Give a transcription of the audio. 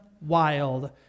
wild